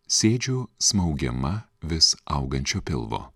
sėdžiu smaugiama vis augančio pilvo